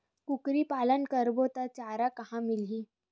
कुकरी पालन करबो त चारा कहां मिलही?